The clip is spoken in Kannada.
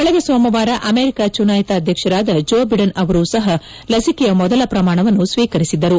ಕಳೆದ ಸೋಮವಾರ ಅಮೆರಿಕ ಚುನಾಯಿತಿ ಅಧ್ಧಕ್ಷರಾದ ಜೋ ಬಿಡೆನ್ ಅವರೂ ಸಹ ಲಿಸಿಕೆಯ ಮೊದಲ ಪ್ರಮಾಣವನ್ನು ಸ್ತೀಕರಿಸಿದ್ದರು